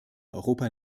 europa